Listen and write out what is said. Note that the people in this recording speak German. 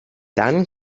dann